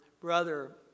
brother